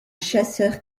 chasseur